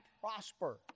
prosper